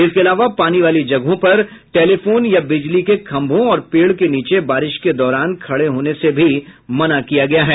इसके अलावा पानी वाली जगहों पर टेलिफोन या बिजली के खंभों और पेड़ के नीचे बारिश के दौरान खड़े होने से भी मना किया गया है